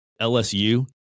LSU